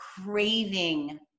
craving